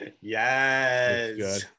yes